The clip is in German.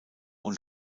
und